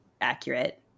accurate